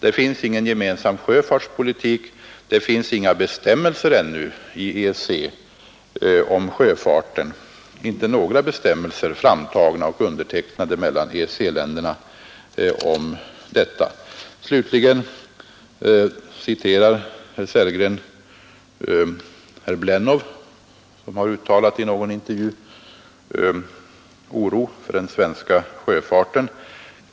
Det finns ingen gemensam sjöfartspolitik, det finns ännu inga bestämmelser om sjöfarten framtagna och undertecknade inom EEC. Slutligen citerar herr Sellgren herr Blennow, som i någon intervju har uttalat oro för den svenska sjöfarten.